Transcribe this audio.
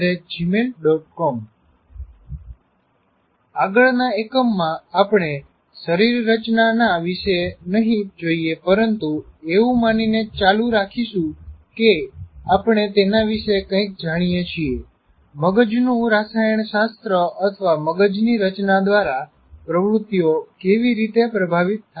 com આગળના એકમમાં આપણે શરીરરચના વિશે નહી જોઈએ પરંતુ એવું માની ને ચાલુ રાખીશું કે આપણે તેના વિશે કંઈક જાણીએ છીએ મગજનું રસાયણશાસ્ત્ર અથવા મગજની રચના દ્વારા પ્રવૃત્તિઓ કેવી રીતે પ્રભાવિત થાય છે